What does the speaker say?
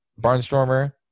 Barnstormer